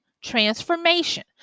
transformation